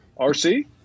RC